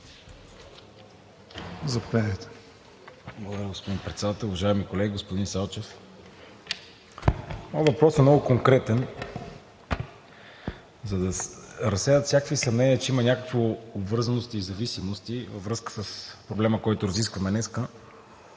Благодаря, господин Председател. Уважаеми колеги! Господин Салчев, моят въпрос е много конкретен. За да се разсеят всякакви съмнения, че има някакви обвързаности и зависимости във връзка с проблема, който разискваме днес,